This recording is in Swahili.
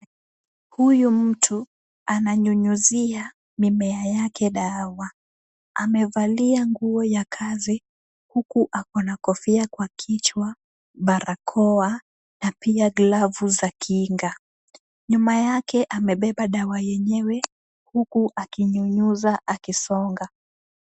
Huyu mtu ananyunyuzia mimea yake dawa. Amevalia nguo ya kazi, huku ako na kofia kwa kichwa, barakoa, na pia glavu za kinga. Nyuma yake amebeba dawa yenyewe, huku akinyunyuza akisonga.